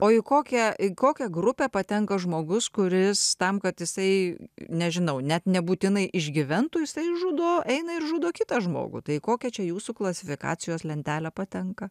o į kokią į kokią grupę patenka žmogus kuris tam kad jisai nežinau net nebūtinai išgyventų jisai žudo eina ir žudo kitą žmogų tai kokia čia jūsų klasifikacijos lentelę patenka